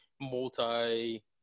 multi